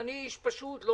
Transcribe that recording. אני איש פשוט.